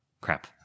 crap